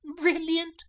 brilliant